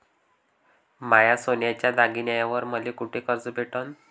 माया सोन्याच्या दागिन्यांइवर मले कुठे कर्ज भेटन?